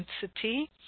density